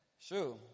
Sure